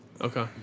Okay